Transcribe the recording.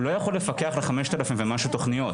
הוא לא יכול לפקח על 5,000 ומשהו תוכניות.